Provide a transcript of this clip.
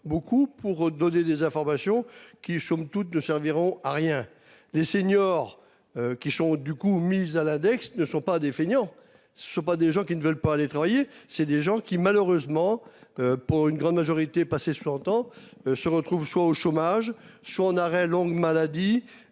beaucoup pour donner des informations qui somme toute ne serviront à rien. Les seniors. Qui sont du coup mis à l'index ne sont pas des fainéants. C'est pas des gens qui ne veulent pas aller travailler. C'est des gens qui malheureusement pour une grande majorité passer entends se retrouvent soit au chômage, je suis en arrêt longue maladie.